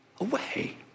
away